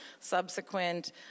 subsequent